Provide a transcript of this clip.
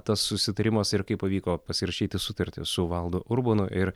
tas susitarimas ir kaip pavyko pasirašyti sutartį su valdu urbonu ir